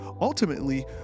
Ultimately